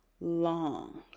long